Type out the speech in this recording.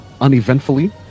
uneventfully